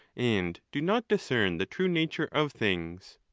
and do not discern the true nature of things.